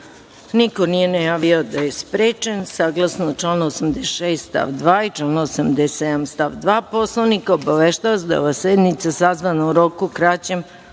rad. Niko nije najavio da je sprečen. Saglasno članu 86. stav 2. i članu 87. stav 2. Poslovnika, obaveštavam vas da je ova sednica sazvana u roku kraćem